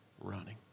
running